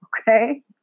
Okay